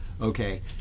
okay